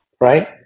right